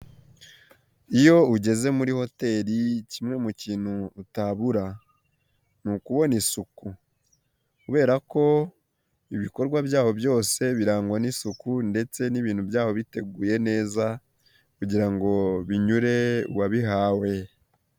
Iyo ugeze muri hoteli kimwe mu kintu utabura ni ukubona isuku kubera ko ibikorwa byabo byose birangwa n'isuku ndetse n'ibintu byabo biteguye neza, kugira ngo binyure uwabihawe.